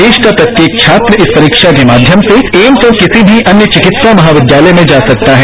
देश का प्रत्येक छात्र इस परीक्षा के माध्यम से एम्स और किसी भी अन्य विकित्सा महाविद्यालय में जा सकता है